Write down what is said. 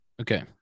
Okay